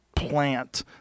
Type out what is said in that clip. Plant